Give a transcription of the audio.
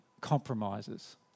compromises